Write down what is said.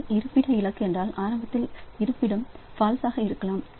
இது இருப்பிட இலக்கு என்றால் ஆரம்பத்தில் அந்த இருப்பிடம் ஃபால்ஸ் இருக்கலாம்